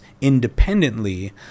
independently